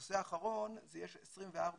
והנושא האחרון, יש 24 קהילות